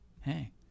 hey